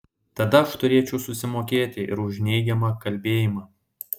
tada aš turėčiau susimokėti ir už neigiamą kalbėjimą